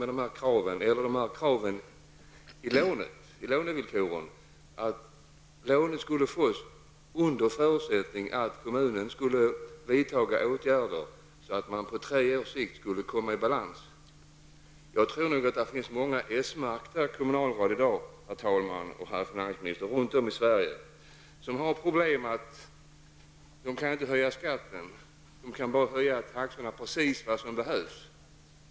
Vad menar statsrådet med sitt krav i lånevillkoren att lånet skulle ges under förutsättning att kommunen skulle vidtaga åtgärder för att på tre års sikt komma i balans? Jag tror, herr talman och herr finansminister, att det finns många s-märkta kommunalråd runt om i Sverige som har problemet att de inte kan höja skatten utan bara taxorna, precis så mycket som behövs.